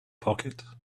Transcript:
pocket